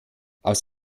aus